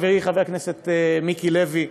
חברי חבר הכנסת מיקי לוי,